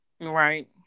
Right